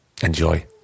Enjoy